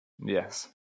Yes